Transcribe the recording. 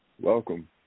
Welcome